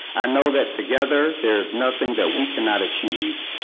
i know that together, there's nothing that we cannot achieve.